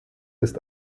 ist